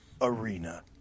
arena